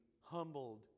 humbled